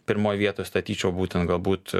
pirmoj vietoj statyčiau būtent galbūt